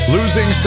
Losing